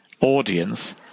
audience